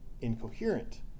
incoherent